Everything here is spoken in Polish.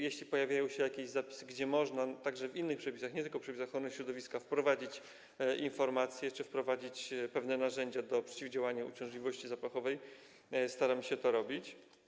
Jeśli pojawiają się jakieś możliwości, żeby można było także w innych przepisach, nie tylko w przepisach ochrony środowiska, wprowadzić informację czy wprowadzić pewne narzędzia dotyczące przeciwdziałania uciążliwości zapachowej, to staramy się to robić.